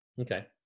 Okay